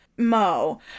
mo